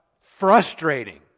frustrating